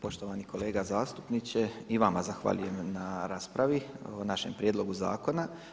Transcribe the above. Poštovani kolega zastupniče, i vama zahvaljujem na raspravi o našem prijedlogu zakona.